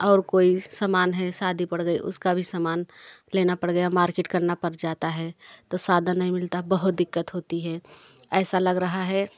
और कोई समान है शादी पड़ गई उसका भी समान लेना पड़ गया मार्केट करना पड़ जाता है तो साधन नहीं मिलता बहुत दिक्कत होती है ऐसा लग रहा है